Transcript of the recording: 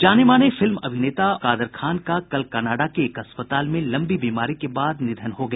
जानेमाने फिल्म अभिनेता और पटकथा लेखक कादर खान का कल कनाडा के एक अस्पताल में लम्बी बीमारी के बाद निधन हो गया